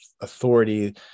authority